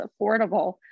affordable